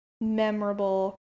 memorable